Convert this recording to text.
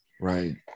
right